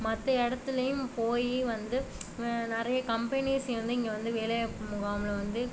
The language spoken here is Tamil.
மற்ற இடத்திலையும் போய் வந்து நிறைய கம்பெனிஸ் வந்து இங்கே வந்து வேலை வாய்ப்பு முகாமில் வந்து